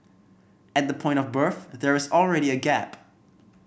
at the point of birth there's already a gap